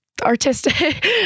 artistic